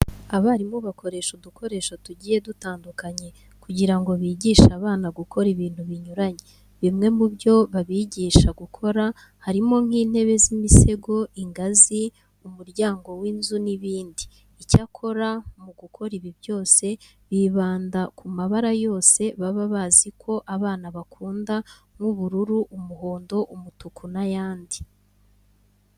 Abarimu bakoresha udukoresho tugiye dutandukanye kugira ngo bigishe abana gukora ibintu binyuranye. Bimwe mu byo babigisha gukora harimo nk'intebe z'imisego, ingazi, umuryango w'inzu n'ibindi. Icyakora mu gukora ibi byose, bibanda ku mabara yose baba bazi ko abana bakunda nk'ubururu, umuhondo, umutuku n'ayandi.